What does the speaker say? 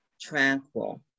tranquil